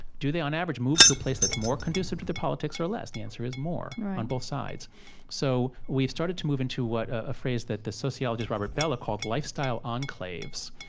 do they, on average, move to a place that's more conducive to their politics, or less? the answer is more, on both sides so we've started to move into what a phrase that the sociologist robert bellah called lifestyle enclaves.